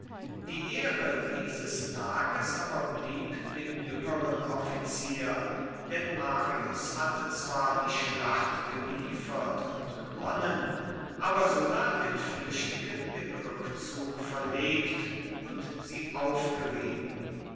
die ehre dieses tages aber blieb dem jüngeren offizier denn marius hatte zwar die schlacht geliefert und gewonnen aber sulla den flüchtigen den rückzug verlegt und sie aufgerieben